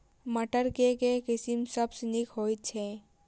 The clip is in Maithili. मटर केँ के किसिम सबसँ नीक होइ छै?